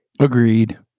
Agreed